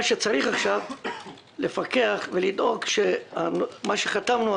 מה שצריך עכשיו זה לפקח ולדאוג שמה שחתמנו,